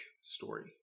story